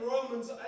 Romans